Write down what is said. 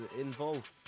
involved